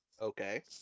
Okay